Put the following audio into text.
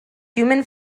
human